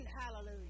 Hallelujah